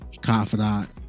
confidant